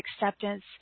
acceptance